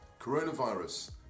Coronavirus